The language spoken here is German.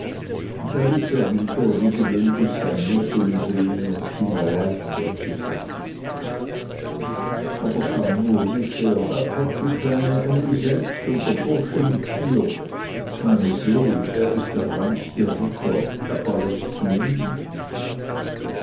ließ er wieder wie gewöhnlich sein lächeln sehen und schien erleichtert zu sein aber schau nur rief er da kommt die kleine emly selbst und der bursche mit ihr meiner seel er ist der reinste ritter er verläßt sie nie